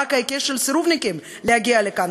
המאבק העיקש של סירובניקים להגיע לכאן.